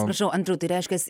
atsiprašau andriau reiškias